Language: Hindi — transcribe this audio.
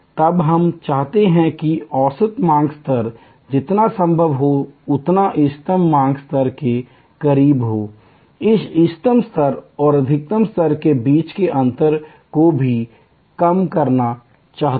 तब हम चाहते हैं कि औसत मांग स्तर जितना संभव हो उतना इष्टतम मांग स्तर के करीब हो और हम इष्टतम स्तर और अधिकतम स्तर के बीच के अंतर को भी कम करना चाहते हैं